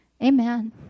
Amen